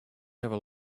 never